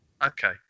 Okay